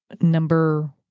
number